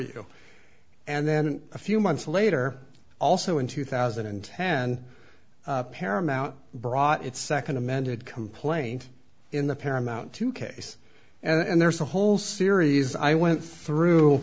you and then a few months later also in two thousand and ten paramount brought its second amended complaint in the paramount two case and there's a whole series i went through